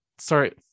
sorry